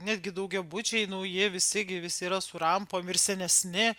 netgi daugiabučiai nauji visi gi visi yra su rampom ir senesni